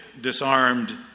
disarmed